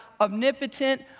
omnipotent